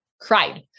cried